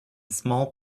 small